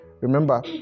Remember